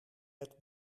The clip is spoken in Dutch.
het